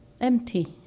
empty